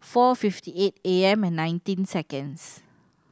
four fifty eight A M and nineteen seconds